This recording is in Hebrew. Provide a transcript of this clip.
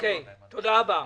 תודה רבה.